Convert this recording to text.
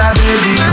baby